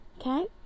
Okay